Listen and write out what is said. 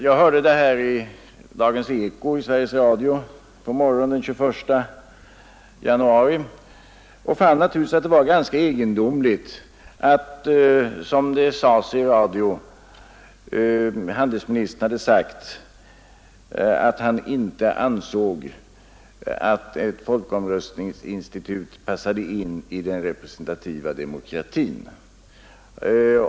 Jag hörde uttalandet i Dagens eko i radion på morgonen den 21 januari och fann det egendomligt att, som det uppgavs, handelsministern hade sagt att han inte ansåg att ett folkomröstningsinstitut passade in i den representativa demokratin.